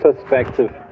perspective